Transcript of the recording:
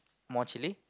more chilli